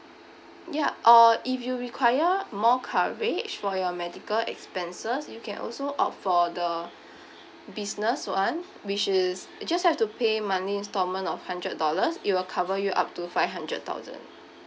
ya or if you require more coverage for your medical expenses you can also opt for the business one which is just have to pay monthly instalment of hundred dollars it will cover you up to five hundred thousand